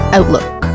Outlook